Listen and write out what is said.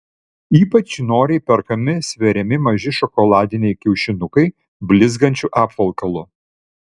ypač noriai perkami sveriami maži šokoladiniai kiaušinukai blizgančiu apvalkalu